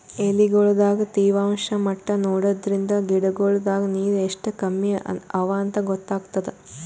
ಎಲಿಗೊಳ್ ದಾಗ ತೇವಾಂಷ್ ಮಟ್ಟಾ ನೋಡದ್ರಿನ್ದ ಗಿಡಗೋಳ್ ದಾಗ ನೀರ್ ಎಷ್ಟ್ ಕಮ್ಮಿ ಅವಾಂತ್ ಗೊತ್ತಾಗ್ತದ